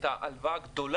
אלה הנושאים, אדוני.